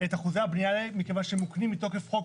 את אחוזי הבנייה האלה מכיוון שהם מוקנים מתוקף חוק,